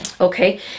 Okay